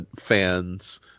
fans